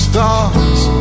Stars